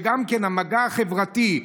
המגע החברתי,